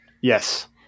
yes